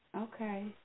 Okay